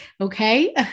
Okay